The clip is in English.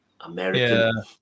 American